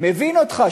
מבין אותך,